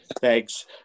Thanks